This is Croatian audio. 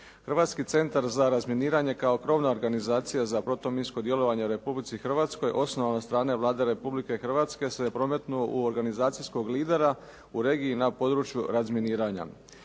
Hrvatski centar za razminiranje kao krovna organizacija za protuminsko djelovanje u Republici Hrvatskoj osnovana od strane Vlade Republike Hrvatske se prometnuo u organizacijskog lidera u regiji na području razminiranja.